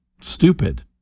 stupid